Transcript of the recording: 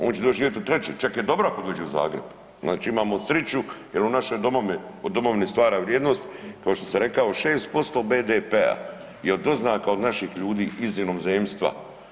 On će doći živjeti u treće, čak je dobro ako dođe u Zagreb, znači imamo sriću jer u našoj domovini stvara vrijednost, kao što sam rekao, 6% BDP-a i od doznaka od naših ljudi iz inozemstva.